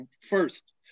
first